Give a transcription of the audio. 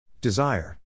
Desire